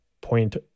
point